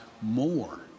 more